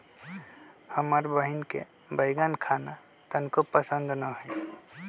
हमर बहिन के बईगन खाना तनको पसंद न हई